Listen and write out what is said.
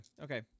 Okay